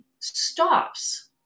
stops